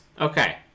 Okay